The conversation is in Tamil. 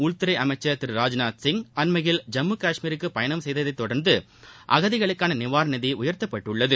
உள்துறை அமைச்சர் திரு ராஜ்நாத் சிங் அண்மையில் ஜம்மு காஷ்மீருக்கு பயணம் செய்ததை தொடர்ந்து அகதிகளுக்கான நிவாரண நிதி உயர்த்தப்பட்டுள்ளது